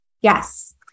Yes